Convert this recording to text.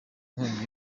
inkongi